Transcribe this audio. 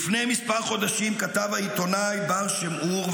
לפני כמה חודשים כתב העיתונאי בר שם אור,